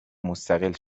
مستقل